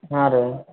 ಹಾಂ ರೀ